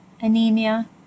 anemia